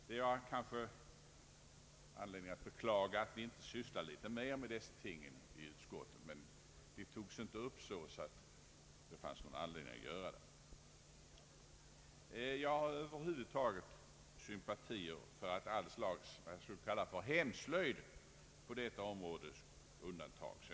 Jag har kanske anledning att beklaga att vi inte sysslat litet mer med dessa ting i utskottet. Men de togs inte upp, så det fanns ingen anledning att diskutera dem. Jag hyser över huvud taget sympatier för att alla slag av ”hemslöjd” på detta område undantas från beskattning.